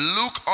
look